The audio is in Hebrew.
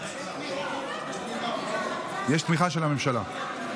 יש תמיכה של הממשלה.